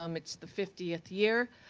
um it's the fiftieth year.